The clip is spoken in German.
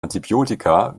antibiotika